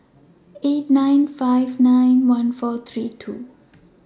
eight nine five nine one four three two